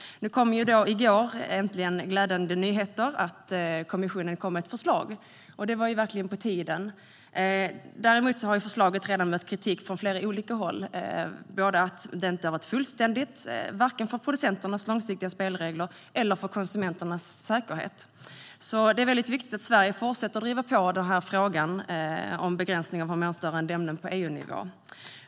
I går kom det äntligen glädjande nyheter. Kommissionen kom med ett förslag, och det var verkligen på tiden. Dock har förslaget redan mött kritik från flera håll för att inte vara fullständigt, vare sig för producenternas långsiktiga spelregler eller för konsumenternas säkerhet. Därför är det mycket viktigt att Sverige på EU-nivå fortsätter att driva på i frågan om begränsning av hormonstörande ämnen.